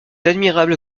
admirable